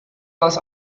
das